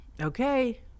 okay